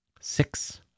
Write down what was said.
Six